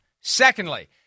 Secondly